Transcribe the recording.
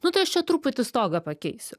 nu tai aš čia truputį stogą pakeisiu